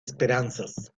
esperanzas